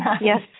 yes